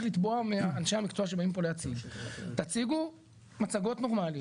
לתבוע מאנשי המקצוע שבאים פה להציג 'תציגו מצגות נורמליות,